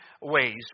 ways